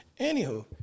Anywho